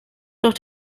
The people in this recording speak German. doch